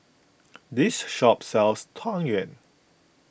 this shop sells Tang Yuen